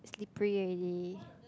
slippery already